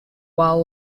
while